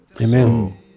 amen